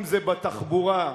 אם בתחבורה,